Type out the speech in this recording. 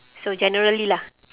so generally lah